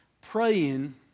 praying